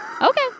Okay